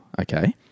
okay